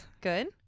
Good